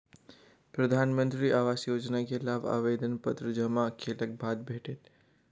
प्रधानमंत्री आवास योजना के लाभ आवेदन पत्र जमा केलक बाद भेटत